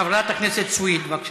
דעה אחרת, חברת הכנסת סויד, בבקשה.